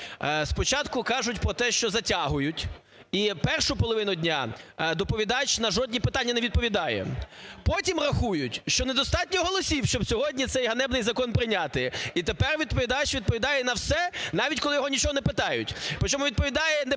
Спочатку кажуть про те, що затягують і першу половину дня доповідач на жодні питання не відповідає. Потім рахують, що недостатньо голосів, щоб сьогодні цей ганебний закон прийняти і тепер відповідач відповідає на все навіть, коли його нічого не питають.